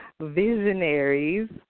visionaries